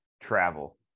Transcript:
travel